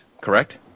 correct